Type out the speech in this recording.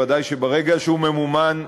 ודאי שברגע שהוא ממומן,